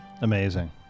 Amazing